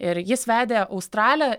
ir jis vedė australę